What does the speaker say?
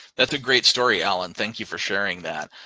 that's a great story, alan. thank you for sharing that.